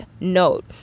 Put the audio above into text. note